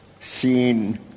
seen